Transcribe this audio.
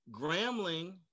Grambling